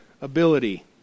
ability